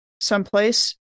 someplace